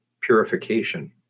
purification